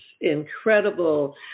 incredible